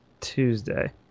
Tuesday